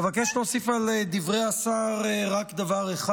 אבקש להוסיף על דברי השר רק דבר אחד.